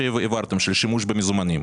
השימוש במזומן.